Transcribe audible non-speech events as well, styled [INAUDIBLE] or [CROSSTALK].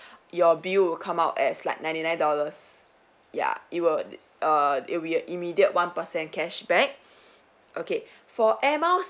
your bill will come out as like ninety nine dollars ya it would err it'll be a immediate one percent cashback [BREATH] okay for air miles